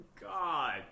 God